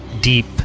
deep